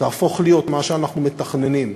תהפוך להיות מה שאנחנו מתכננים,